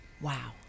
Wow